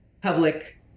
public